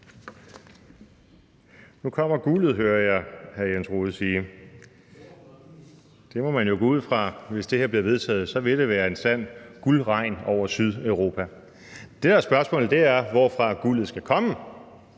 Nu kommer guldet, hører jeg hr. Jens Rohde sige. Det må man jo gå ud fra, hvis det her bliver vedtaget, nemlig at så vil det være en sand guldregn over Sydeuropa. Det, der er spørgsmålet, er, hvorfra guldet skal komme.